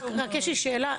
רק יש לי שאלה,